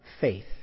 faith